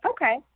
Okay